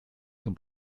zum